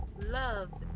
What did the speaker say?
Love